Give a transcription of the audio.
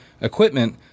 equipment